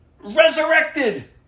Resurrected